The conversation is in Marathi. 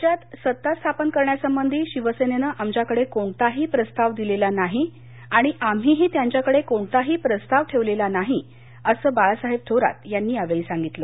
राज्यात सत्ता स्थापन करण्यासंबधी शिवसेनेनं आमच्याकडे कोणताही प्रस्ताव दिलेला नाही आणि आम्हीही त्यांच्याकडे कोणताही प्रस्ताव ठेवला नाही असं बाळासाहेब थोरात यांनी यावेळी सांगितलं